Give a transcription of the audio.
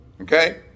Okay